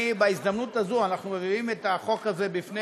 בהזדמנות הזאת אנחנו מביאים את החוק הזה בפני